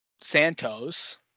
Santos